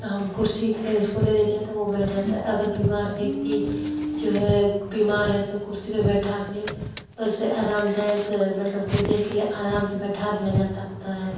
तो हम कुर्सी कें उसको दे देते हैं तो वह बैठ जाता है अगर बीमार व्यक्ति जो है बीमार है तो कुर्सी पर बैठा कर उसे आरामदायक मतलब कुछ देर के लिए आराम से बैठा दिया सकता है